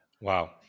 Wow